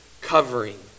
covering